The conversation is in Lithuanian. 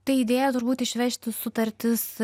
tai idėja turbūt išvežti sutartis